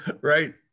Right